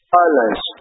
silence